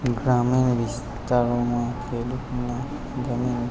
ગ્રામીણ વિસ્તારોમાં ખેડૂતને જમીન